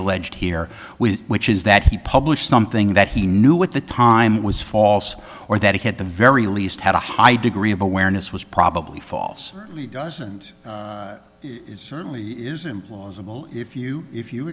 alleged here with which is that he published something that he knew with the time was false or that it had the very least had a high degree of awareness was probably false doesn't certainly is implausible if you if you